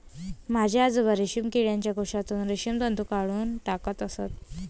माझे आजोबा रेशीम किडीच्या कोशातून रेशीम तंतू काढून टाकत असत